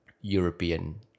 European